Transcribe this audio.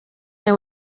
and